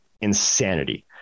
insanity